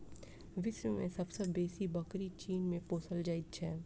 विश्व मे सब सॅ बेसी बकरी चीन मे पोसल जाइत छै